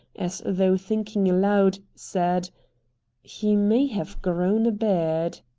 as though thinking aloud, said he may have grown a beard.